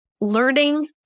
learning